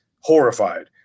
horrified